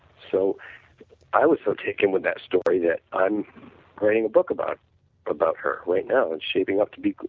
so i was so taken with that story that i'm writing a book about about her right now and shaping up to be